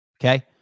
Okay